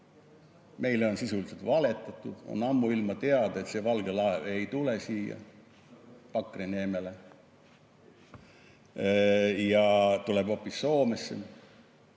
Meile on sisuliselt valetatud. On ammuilma teada, et see valge laev ei tule siia Pakri neemele, vaid läheb hoopis Soome.